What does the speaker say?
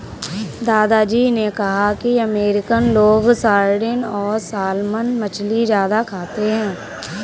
दादा जी ने कहा कि अमेरिकन लोग सार्डिन और सालमन मछली ज्यादा खाते हैं